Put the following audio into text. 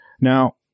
Now